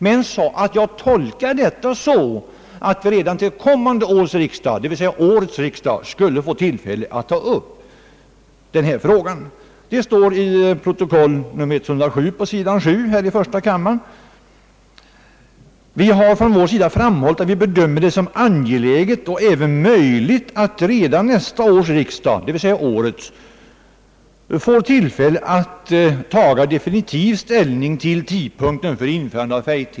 Men jag tolkade det så att vi redan till kommande riksdag — d. v. s. årets — skulle få tillfälle att ta upp denna fråga. Detta står på sidan 16 i första kammarens protokoll nr 39 år 1966: » Vi har från vår sida framhållit att vi bedömer det som angeläget och även möjligt att redan nästa års riksdag» — d. v. s. årets — »får tillfälle att taga definitiv ställning...